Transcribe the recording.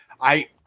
I-